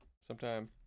sometime